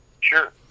Sure